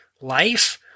life